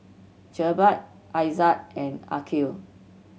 Jebat Aizat and Aqil